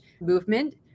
movement